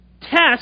test